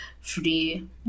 free